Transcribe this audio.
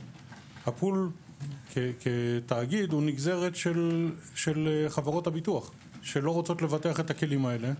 הפול כתאגיד הוא נגזרת של חברות הביטוח שלא רוצות לבטח את הכלים האלה.